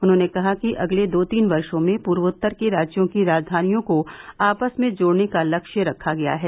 उन्होंने कहा कि अगले दो तीन वर्षो में पूर्वोत्तर के राज्यों की राजधानियों को आपस में जोड़ने का लक्ष्य रखा गया है